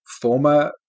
former